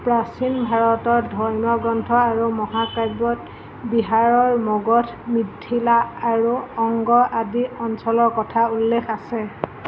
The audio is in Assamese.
প্ৰাচীন ভাৰতৰ ধৰ্মীয় গ্ৰন্থ আৰু মহাকাব্যত বিহাৰৰ মগধ মিথিলা আৰু অংগ আদি অঞ্চলৰ কথা উল্লেখ আছে